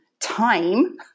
time